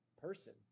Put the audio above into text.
person